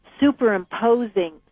superimposing